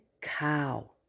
cow